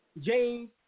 James